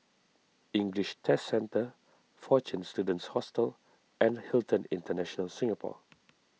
English Test Centre fortune Students Hostel and Hilton International Singapore